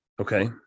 Okay